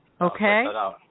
okay